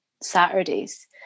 Saturdays